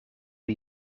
die